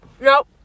Nope